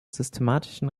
systematischen